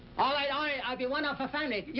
all right. i'll be one of the family. yeah